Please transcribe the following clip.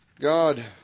God